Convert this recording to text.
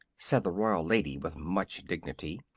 said the royal lady, with much dignity,